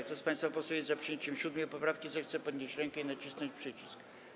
Kto z państwa posłów jest za przyjęciem 7. poprawki, zechce podnieść rękę i nacisnąć przycisk.